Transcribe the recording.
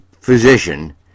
physician